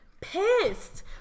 pissed